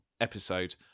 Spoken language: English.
episode